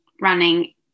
running